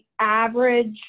average